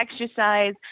exercise